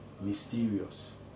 mysterious